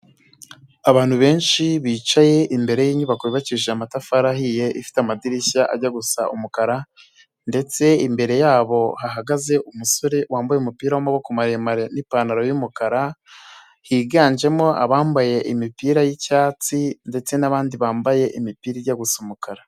Abantu benshi bicaye imbere y'inyubako yubakishije amatafari ahiye, ifite amadirishya ajya gusa umukara ndetse imbere yabo hagaze umusore wambaye umupira w'amaboko maremare n'ipantaro y'umukara, higanjemo abambaye imipira y'icyatsi ndetse n'abandi bambaye imipira ijya gusa umukara.